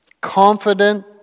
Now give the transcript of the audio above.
Confident